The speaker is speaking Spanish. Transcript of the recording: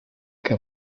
que